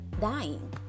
dying